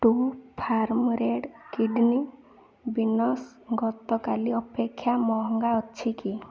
true farm red kidney beans ଗତକାଲି ଅପେକ୍ଷା ମହଙ୍ଗା ଅଛି କି